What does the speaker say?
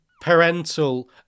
parental